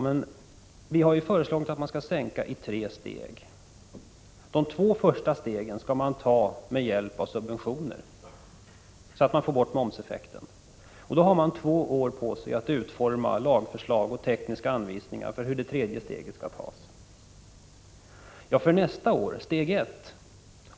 Men vi har ju föreslagit att momsen skall sänkas i tre steg. De två första stegen skall tas med hjälp av subventioner, så att momseffekten försvinner. Då har man två år på sig att utforma lagförslag och tekniska anvisningar för hur det tredje steget skall tas.